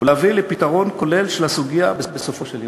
ולהביא לפתרון כולל של הסוגיה בסופו של דבר.